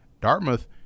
Dartmouth